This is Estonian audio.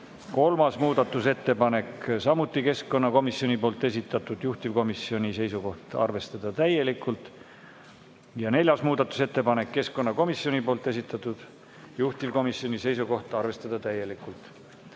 Kolmas muudatusettepanek, samuti keskkonnakomisjoni poolt esitatud, juhtivkomisjoni seisukoht on arvestada täielikult. Neljas muudatusettepanek on keskkonnakomisjoni poolt esitatud, juhtivkomisjoni seisukoht on arvestada täielikult. Oleme